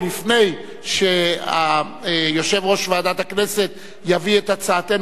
ולפני שיושב-ראש ועדת הכנסת יביא את הצעתנו